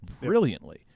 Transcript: brilliantly